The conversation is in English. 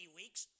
weeks